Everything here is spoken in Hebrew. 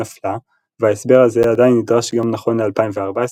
נפלה וההסבר הזה עדיין נדרש גם נכון ל-2014,